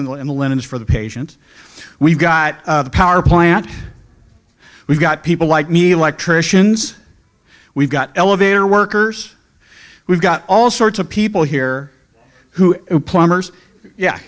the patient we've got the power plant we've got people like me electricians we've got elevator workers we've got all sorts of people here who plumbers yeah